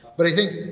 but i think,